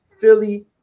Philly